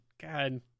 God